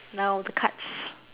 now the cards